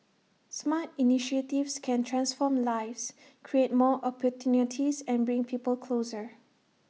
smart initiatives can transform lives create more opportunities and bring people closer